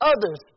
Others